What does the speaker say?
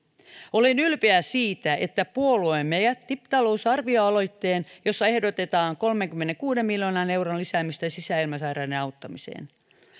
olen ylpeä siitä että puolueemme jätti talousarvioaloitteen jossa ehdotetaan kolmenkymmenenkuuden miljoonan euron lisäämistä sisäilmasairaiden auttamiseen